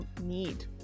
need